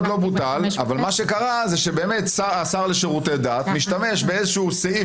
מה שקרה זה שהשר לשירותי הדת משתמש בסעיף